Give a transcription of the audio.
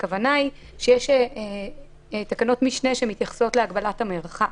הכוונה היא שיש תקנות משנה שמתייחסות להגבלת המרחק,